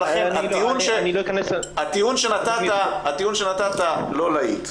לכן הטיעון שנתת לא להיט.